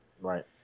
right